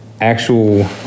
actual